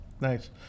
Nice